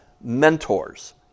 mentors